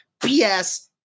BS